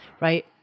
right